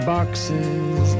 boxes